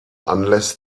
unless